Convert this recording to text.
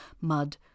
mud